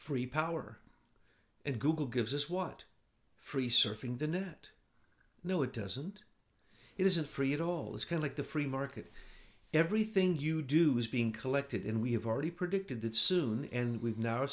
free power and google gives us what free surfing the net no it doesn't it isn't free at all it's kind like the free market everything you do is being collected and we have already predicted that soon and we've n